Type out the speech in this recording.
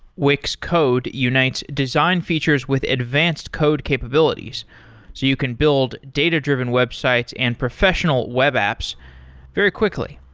wix code unites design features with advanced code capabilities, so you can build data-driven websites and professional web apps very quickly.